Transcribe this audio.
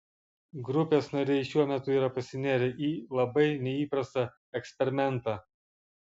grupės nariai šiuo metu yra pasinėrę į labai neįprastą eksperimentą